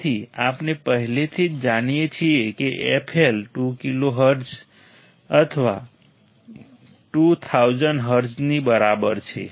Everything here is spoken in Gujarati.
તેથી આપણે પહેલાથી જ જાણીએ છીએ કે fL 2 કિલો હર્ટ્ઝ અથવા 2000 હર્ટ્ઝની બરાબર છે